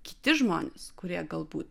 kiti žmonės kurie galbūt